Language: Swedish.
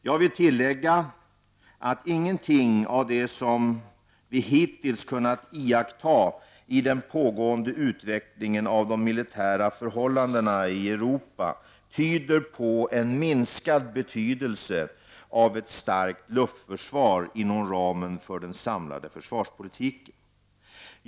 Jag vill tillägga att ingenting av det som vi hittills kunnat iaktta i den pågående utvecklingen av de militära förhållandena i Europa tyder på en minskad betydelse av ett starkt luftförsvar inom ramen för den samlade försvarspolitiken.